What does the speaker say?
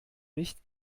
nicht